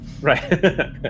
Right